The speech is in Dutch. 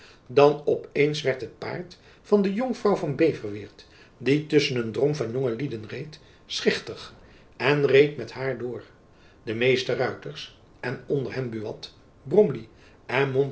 dan op eens werd het paard van de jonkvrouw van beverweert die tusschen een drom van jonge lieden reed schichtig en ging met haar door de meeste ruiters en onder hen buat